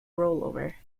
rollover